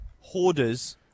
Hoarders